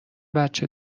بچه